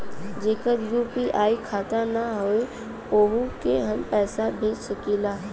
जेकर यू.पी.आई खाता ना होई वोहू के हम पैसा भेज सकीला?